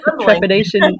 trepidation